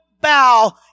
Bow